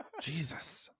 Jesus